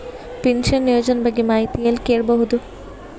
Pension ಯೋಜನ ಬಗ್ಗೆ ಮಾಹಿತಿ ಎಲ್ಲ ಕೇಳಬಹುದು?